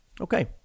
Okay